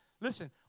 Listen